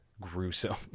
gruesome